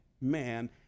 man